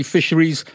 Fisheries